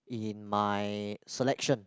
in my selection